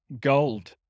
gold